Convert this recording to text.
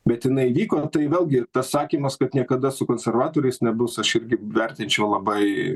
bet jinai įvyko tai vėlgi tas sakymas kad niekada su konservatoriais nebus aš irgi vertinčiau labai